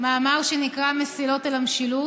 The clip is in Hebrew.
מאמר שנקרא "מסילות אל המשילות".